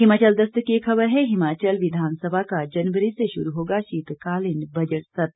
हिमाचल दस्तक की एक खबर है हिमाचल विधानसभा का जनवरी से शुरू होगा शीतकालीन बजट सत्र